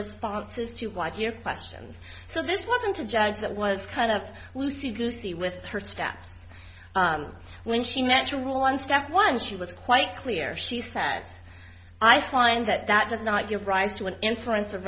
responses to white your questions so this wasn't a judge that was kind of lucy goosey with her stats when she natural on staff once she was quite clear she says i find that that does not give rise to an inference of